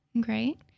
Great